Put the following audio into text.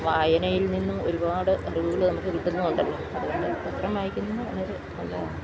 വായനയിൽ നിന്നും ഒരുപാട് അറിവുകള് നമുക്ക് കിട്ടുന്നുമുണ്ടല്ലോ അതുകൊണ്ട് പത്രം വായിക്കുന്നത് നല്ലതാണ്